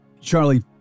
Charlie